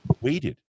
waited